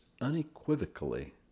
unequivocally